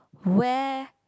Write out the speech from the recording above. where